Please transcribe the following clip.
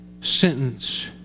sentence